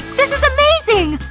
this is amazing!